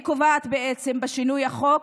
אני קובעת בעצם, בשינוי החוק,